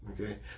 okay